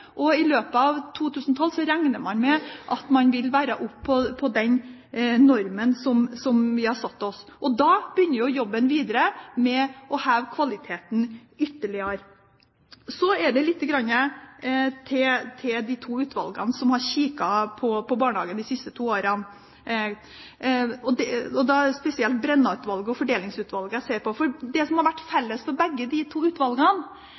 og i løpet av 2012 regner man med at man vil være oppe på den normen som man har satt seg. Da begynner jobben videre med å heve kvaliteten ytterligere. Så litt til de to utvalgene som har kikket på barnehagen de siste to årene. Det gjelder spesielt Brenna-utvalget og Fordelingsutvalget. Det som har vært felles for begge de to utvalgene,